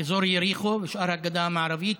אזור יריחו ושאר הגדה המערבית,